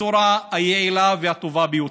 בצורה היעילה והטובה ביותר.